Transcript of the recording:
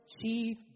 chief